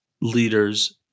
leaders